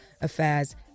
affairs